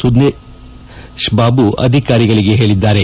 ಸುಂದೇಶ್ ಬಾಬು ಅಧಿಕಾರಿಗಳಿಗೆ ಹೇಳಿದ್ದಾರೆ